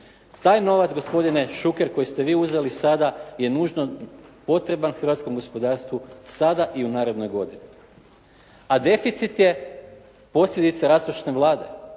Taj gospodine Šuker koji ste vi uzeli sada, je nužno potreban hrvatskom gospodarstvu sada i u narednoj godini. A deficit je posljedica rastrošne Vlade.